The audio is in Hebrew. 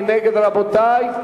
מי נגד, רבותי?